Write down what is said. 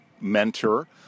mentor